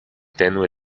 tenue